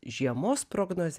žiemos prognozę